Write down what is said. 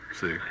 see